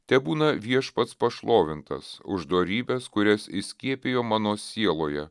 tebūna viešpats pašlovintas už dorybes kurias įskiepijo mano sieloje